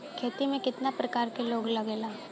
खेती में कितना प्रकार के रोग लगेला?